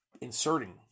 inserting